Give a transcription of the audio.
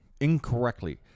incorrectly